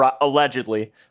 allegedly